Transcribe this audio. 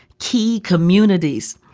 key communities,